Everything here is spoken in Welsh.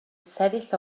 sefyll